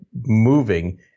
moving